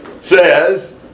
says